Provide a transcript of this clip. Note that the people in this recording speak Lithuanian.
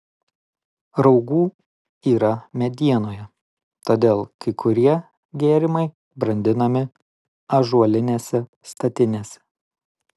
raugų yra medienoje todėl kai kurie gėrimai brandinami ąžuolinėse statinėse